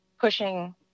pushing